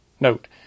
Note